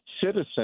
citizen